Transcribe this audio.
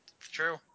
True